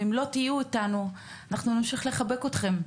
ואם לא תהיו איתנו אנחנו נמשיך לחבק אתכם.